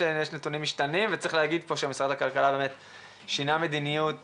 יש נתונים משתנים וצריך להגיד שמשרד הכלכלה שינה מדיניות